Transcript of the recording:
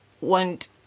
want